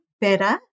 better